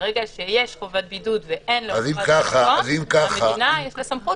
ברגע שיש חובת בידוד - למדינה יש סמכות